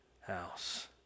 house